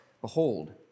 behold